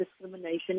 discrimination